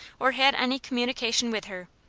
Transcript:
or had any communication with her.